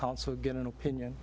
counsel get an opinion